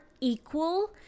equal